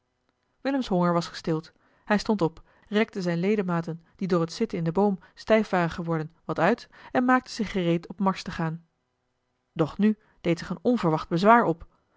willems honger was gestild hij stond op rekte zijne ledematen die door het zitten in den boom stijf waren geworden wat uit en maakte zich gereed op marsch te gaan doch nu deed zich een onverwacht bezwaar op